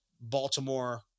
Baltimore